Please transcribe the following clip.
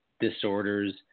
disorders